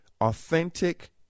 authentic